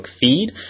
feed